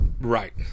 Right